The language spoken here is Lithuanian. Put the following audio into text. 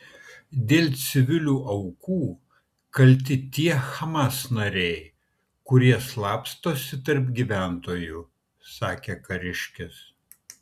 dėl civilių aukų kalti tie hamas nariai kurie slapstosi tarp gyventojų sakė kariškis